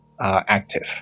active